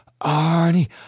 Arnie